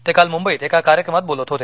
ते काल मुंबईत एका कार्यक्रमात बोलत होते